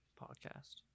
podcast